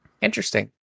Interesting